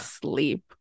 sleep